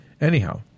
anyhow